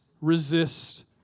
resist